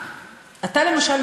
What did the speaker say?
למשל,